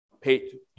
Paid